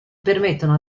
permettono